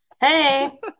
Hey